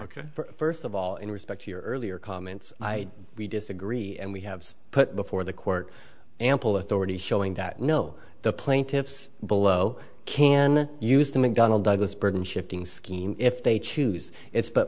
ok first of all in respect to your earlier comments i disagree and we have put before the court ample authority showing that no the plaintiffs below can use the mcdonnell douglas burden shifting scheme if they choose it's but